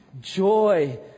joy